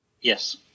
Yes